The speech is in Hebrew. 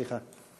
סליחה.